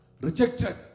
rejected